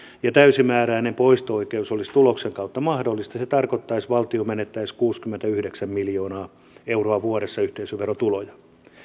ja täysimääräinen poisto oikeus olisi tuloksen kautta mahdollista se tarkoittaisi että valtio menettäisi kuusikymmentäyhdeksän miljoonaa euroa vuodessa yhteisöverotuloja